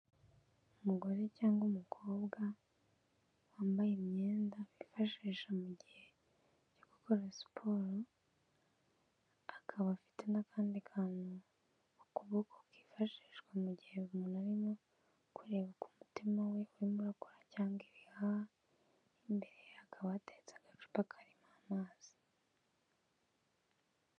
Umugore cyangwa umukobwa wambaye imyenda bifashisha mu gihe cyo gukora siporo, akaba afite n'akandi kantu ukuboko kifashishwa mu gihe umuntu arimo kureba umutima we urimo akora cyangwa ibiha, imbere ye hakaba hatetse agacupa karimo amazi.